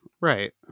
Right